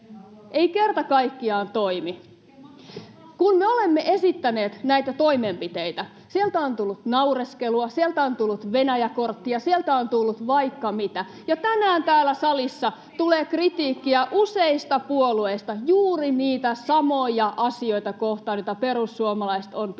Ei kerta kaikkiaan toimi. Kun me olemme esittäneet näitä toimenpiteitä, sieltä on tullut naureskelua, sieltä on tullut Venäjä-korttia, sieltä on tullut vaikka mitä, ja tänään täällä salissa tulee kritiikkiä useista puolueista juuri niitä samoja asioita kohtaan, joita perussuomalaiset ovat pitäneet